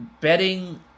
betting